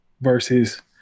versus